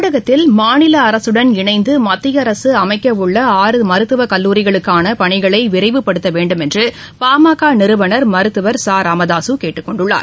தமிழகத்தில் மாநில அரசுடள் இணைந்து மத்திய அரசு அமைக்க உள்ள ஆறு மருத்துவ கல்லூரிகளுக்கான பணிகளை விரைவுப்படுத்த வேண்டும் என்று பாமக நிறுவனர் மருத்துவர் ச ராமதாசு கேட்டுக்கொண்டுள்ளார்